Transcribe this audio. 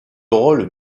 rôle